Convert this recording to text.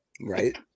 Right